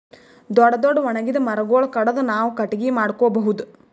ದೊಡ್ಡ್ ದೊಡ್ಡ್ ಒಣಗಿದ್ ಮರಗೊಳ್ ಕಡದು ನಾವ್ ಕಟ್ಟಗಿ ಮಾಡ್ಕೊಬಹುದ್